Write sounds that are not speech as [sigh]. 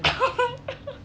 [laughs]